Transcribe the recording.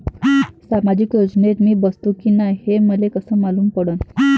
सामाजिक योजनेत मी बसतो की नाय हे मले कस मालूम पडन?